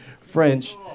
French